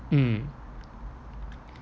mm